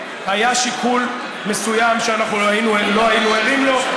היה שיקול מסוים שלא היינו ערים לו.